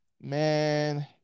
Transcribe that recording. man